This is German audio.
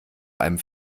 einem